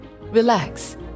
relax